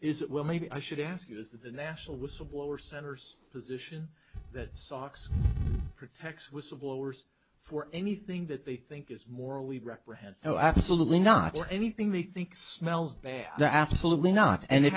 on is well maybe i should ask you is that the national whistleblower center's position that sachs protects whistleblowers for anything that they think is morally reprehensible absolutely not or anything they think smells bad that absolutely not and i